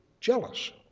jealous